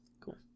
cool